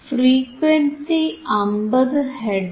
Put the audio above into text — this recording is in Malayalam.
ഫ്രീക്വൻസി 50 ഹെർട്സ് ആണ്